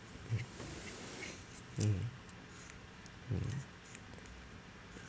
mm